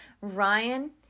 Ryan